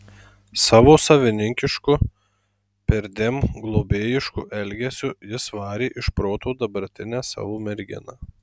savo savininkišku perdėm globėjišku elgesiu jis varė iš proto dabartinę savo merginą